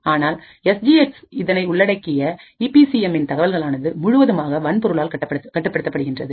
ஆனால் S G X இதனை உள்ளடக்கிய ஈபி சிஎம்மின் தகவல்கள் ஆனது முழுவதுமாக வன்பொருளால் கட்டுப்படுத்தப்படுகின்றது